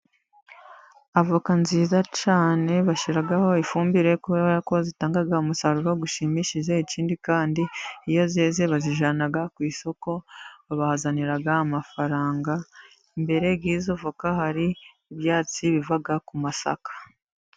Avoka nziza cyane bashyiraho ifumbire kubera ko zitanga umusaruro ushimishije. Ikindi kandi, iyo zeze bazijyana ku isoko, babahazanira amafaranga. Imbere y'izo avoka hari ibyatsi biva ku masaka.